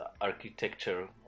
architecture